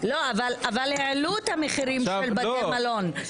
העלו את המחירים של בתי מלון.